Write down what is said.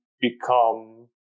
become